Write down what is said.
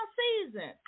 season